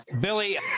Billy